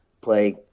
play